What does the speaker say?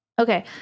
Okay